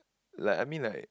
like I mean like